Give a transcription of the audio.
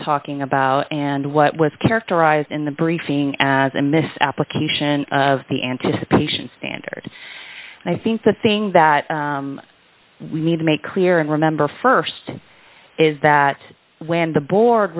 talking about and what was characterized in the briefing as a mis application of the anticipation standard and i think the thing that we need to make clear and remember st is that when the board